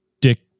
dick